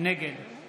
נגד